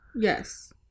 Yes